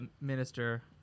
minister